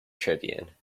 tribune